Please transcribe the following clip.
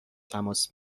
تماس